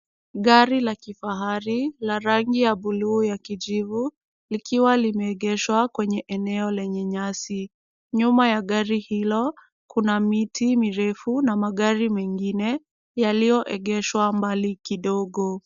Gari la kifahari la rangi ya buluu ya kijivu, likiwa limeegeshwa kwenye eneo lenye nyasi. Nyuma ya gari hilo, kuna miti mirefu na magari mengine yaliyoegeshwa mbali kidogo.